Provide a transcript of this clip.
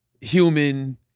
human